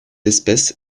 espèce